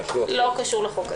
לא קשור לחוק הזה.